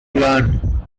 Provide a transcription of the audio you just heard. learn